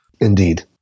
indeed